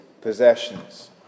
possessions